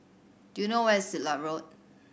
do you know where is Siglap Road